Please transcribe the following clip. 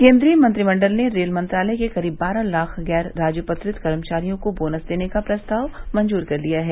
केन्द्रीय मंत्रिमंडल ने रेल मंत्रालय के करीब बारह लाख गैर राजपत्रित कर्मचारियों को बोनस देने का प्रस्ताव मंजूर कर लिया है